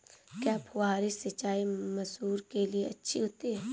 क्या फुहारी सिंचाई मसूर के लिए अच्छी होती है?